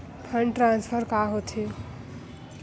Fund transfer का होथे?